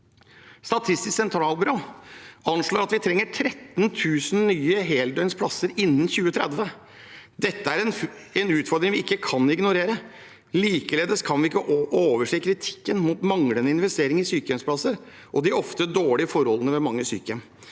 Statistisk sentralbyrå anslår at vi trenger 13 000 nye heldøgnsplasser innen 2030. Dette er en utfordring vi ikke kan ignorere. Likeledes kan vi ikke overse kritikken mot manglende investeringer i sykehjemsplasser og de ofte dårlige forholdene ved mange sykehjem.